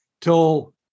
till